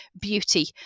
beauty